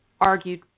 argued